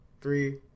Three